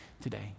today